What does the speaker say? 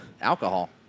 alcohol